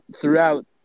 throughout